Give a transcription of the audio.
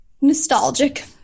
nostalgic